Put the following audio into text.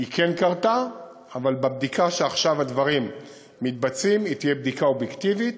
אבל הבדיקה שבה הדברים מתבצעים תהיה בדיקה אובייקטיבית,